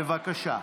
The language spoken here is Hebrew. בבקשה.